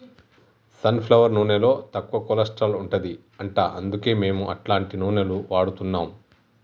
sun flower నూనెలో తక్కువ cholesterol ఉంటది అంట అందుకే మేము అట్లాంటి నూనెలు వాడుతున్నాం